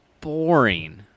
boring